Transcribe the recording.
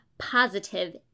positive